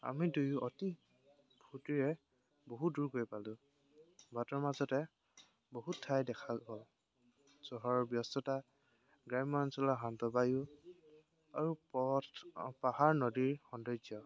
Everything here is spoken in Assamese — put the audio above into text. আমি দুয়ো অতি ফূৰ্তিৰে বহুত দূৰ গৈ পালোঁ বাটৰ মাজতে বহুত ঠাই দেখা গ'ল চহৰৰ ব্যস্ততা গ্ৰাম্য অঞ্চলৰ শান্ত বায়ু আৰু পথ পাহাৰ নদীৰ সৌন্দৰ্য